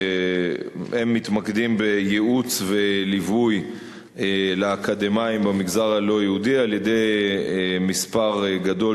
הם מתמקדים בייעוץ וליווי לאקדמאים במגזר הלא-יהודי על-ידי מספר גדול